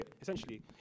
essentially